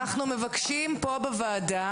אנחנו מבקשים פה בוועדה,